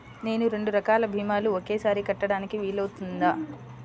నేను రెండు రకాల భీమాలు ఒకేసారి కట్టడానికి వీలుందా?